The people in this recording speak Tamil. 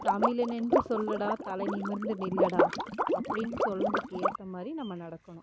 தமிழனென்று சொல்லடா தலை நிமிர்ந்து நில்லடா அப்படின் சொன்னதுக்கேற்ற மாதிரி நம்ம நடக்கணும்